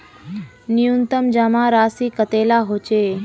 न्यूनतम जमा राशि कतेला होचे?